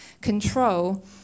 control